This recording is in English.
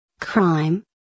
Crime